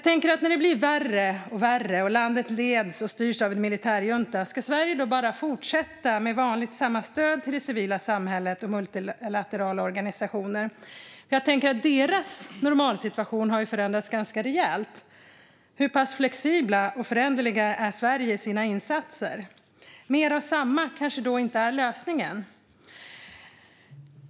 När allt blir värre och landet styrs av en militärjunta, ska Sverige då bara fortsätta som vanligt med samma stöd till civilsamhället och multilaterala organisationer? Jag tänker att deras situation har förändrats ganska rejält. Hur pass flexibelt och föränderligt är Sverige i sina insatser? Mer av samma är kanske inte lösningen.